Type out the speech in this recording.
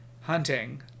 Hunting